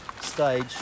stage